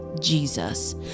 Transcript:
jesus